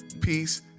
peace